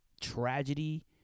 tragedy